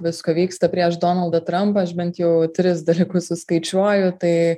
visko vyksta prieš donaldą trampą aš bent jau tris dalykus suskaičiuoju tai